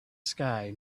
sky